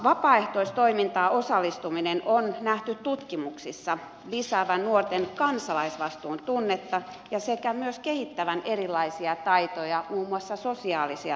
vapaaehtoistoimintaan osallistumisen on nähty tutkimuksissa lisäävän nuorten kansalaisvastuun tunnetta sekä myös kehittävän erilaisia taitoja muun muassa sosiaalisia taitoja